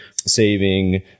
saving